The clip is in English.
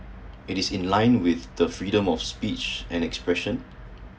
it is in line with the freedom of speech and expression